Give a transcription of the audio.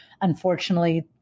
unfortunately